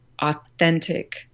authentic